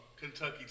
Kentucky